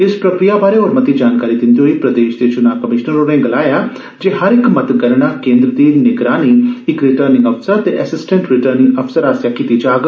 इस प्रक्रिया बारै होर मती जानकारी दिंदे होई प्रदेश दे चुनां कमिशनर होरें गलाया जे हर इक मतगणना केन्द्र दी निगरानी इक रिटर्निंग अफसर ते असिस्टैंट रिटर्निंग अफसर पास्सेआ कीती जाग